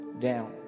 down